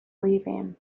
leaving